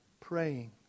praying